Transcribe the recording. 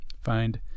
find